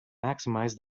maximize